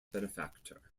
benefactor